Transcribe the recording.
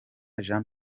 jean